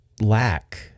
lack